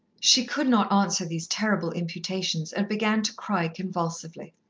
she could not answer these terrible imputations, and began to cry convulsively.